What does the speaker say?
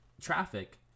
traffic